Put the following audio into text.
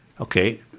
Okay